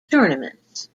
tournaments